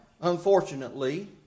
unfortunately